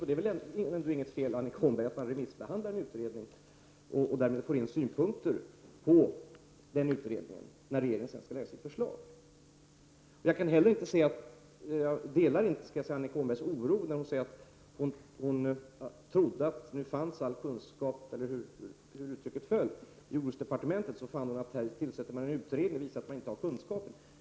Det är väl ändå inget fel, Annika Åhnberg, att man remissbehandlar en utredning och får in synpunkter på den innan regeringen lägger fram sitt förslag. Jag delar inte heller Annika Åhnbergs oro när det gäller vår kunskap. Hon säger att hon trodde att all kunskap fanns i jordbruksdepartementet, men hon fann att man där hade tillsatt en utredning, vilket visade att man inte hade kunskaper.